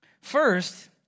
First